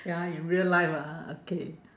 ya in real life ah okay